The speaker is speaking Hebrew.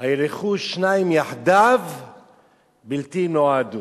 הילכו שניים יחדיו בלתי אם נועדו.